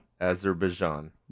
Azerbaijan